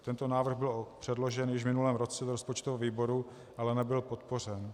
Tento návrh byl předložen již v minulém roce do rozpočtového výboru, ale nebyl podpořen.